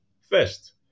First